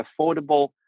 affordable